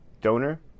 donor